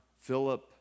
Philip